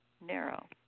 narrow